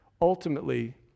ultimately